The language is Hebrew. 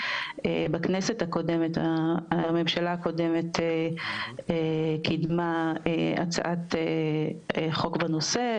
בכנסת הקודמת הממשלה הקודמת קידמה הצעת חוק בנושא.